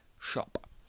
shop